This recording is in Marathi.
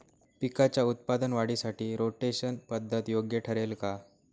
पिकाच्या उत्पादन वाढीसाठी रोटेशन पद्धत योग्य ठरेल का?